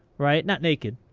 right, not naked.